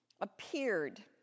Appeared